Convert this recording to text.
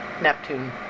Neptune